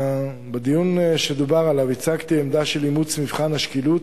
בדיון שדובר עליו הצגתי עמדה של אימוץ מבחן השקילות.